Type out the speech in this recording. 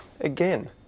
Again